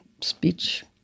speech